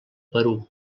perú